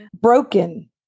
broken